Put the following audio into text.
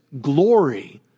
glory